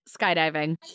Skydiving